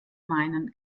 meinen